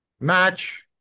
Match